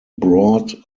broad